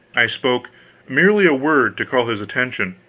i spoke merely a word, to call his attention.